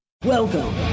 Welcome